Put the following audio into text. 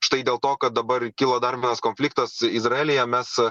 štai dėl to kad dabar kilo dar vienas konfliktas izraelyje mes